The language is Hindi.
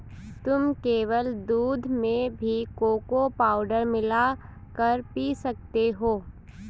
तुम केवल दूध में भी कोको पाउडर मिला कर पी सकते हो